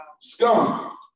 Scum